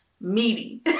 meaty